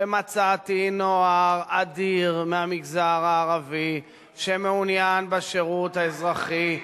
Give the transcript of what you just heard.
ומצאתי נוער אדיר מהמגזר הערבי שמעוניין בשירות האזרחי,